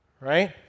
Right